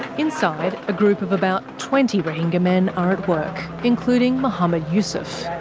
inside a group of about twenty rohingya men are at work. including mohammed yusuf.